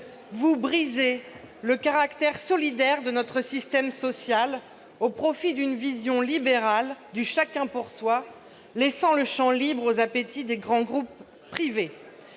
vous brisez le caractère solidaire de notre système social au profit d'une vision libérale du chacun pour soi, laissant le champ libre aux appétits des grands groupes privés.